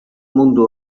mundu